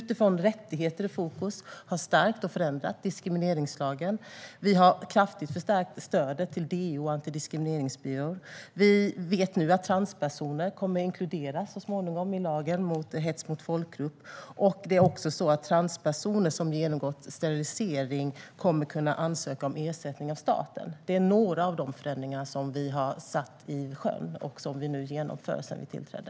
Med rättigheter i fokus har vi stärkt och förändrat diskrimineringslagen. Vi har kraftigt förstärkt stödet till DO och antidiskrimineringsbyråer. Vi vet nu att transpersoner så småningom kommer att inkluderas i lagen om hets mot folkgrupp. Det är också så att transpersoner som genomgått sterilisering kommer att kunna ansöka om ersättning av staten. Det är några av de förändringar som vi har satt i sjön och som vi nu genomför sedan vi tillträdde.